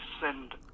send